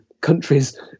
countries